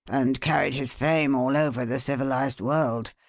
and carried his fame all over the civilized world.